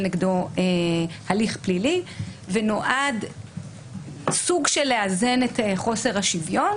נגדו הליך פלילי ונועד סוג של לאזן את חוסר השוויון,